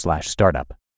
startup